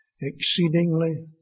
exceedingly